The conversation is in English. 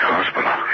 Hospital